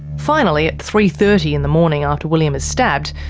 finally at three. thirty and the morning after william is stabbed,